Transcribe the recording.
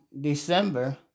December